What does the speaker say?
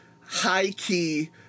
high-key